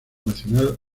nacional